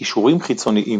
קישורים חיצוניים